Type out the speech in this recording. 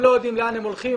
הם לא יודעים לאן הם הולכים,